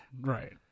Right